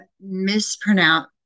mispronounce